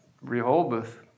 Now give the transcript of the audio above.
Rehoboth